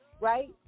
right